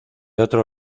otro